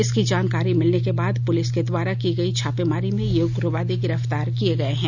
इसकी जानकारी मिलने के बाद पुलिस के द्वारा की गई छापेमारी में ये उग्रवादी गिरफ्तार किए गए हैं